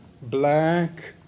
black